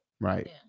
Right